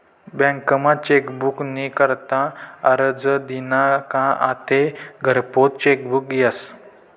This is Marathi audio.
बँकमा चेकबुक नी करता आरजं दिना का आते घरपोच चेकबुक यस